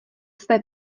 své